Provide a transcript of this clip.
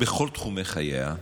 בכל תחומי חייה,